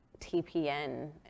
TPN